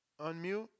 Unmute